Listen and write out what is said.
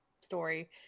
story